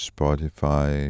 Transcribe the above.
Spotify